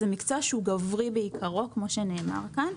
זה מקצוע שהוא גברי בעיקרו, כפי שנאמר כאן.